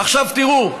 עכשיו, תראו.